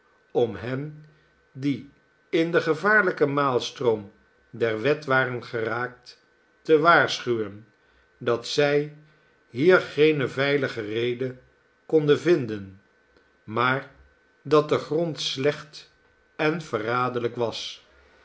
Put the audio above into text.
om hen die in den gevaarlijken maalstroom der wet waren geraakt te waarschuwen dat zij hier geene veilige reede konden vinden maar dat de grond slecht en verraderlijk was